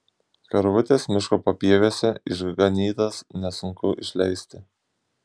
karvutes miško papieviuose išganytas nesunku išleisti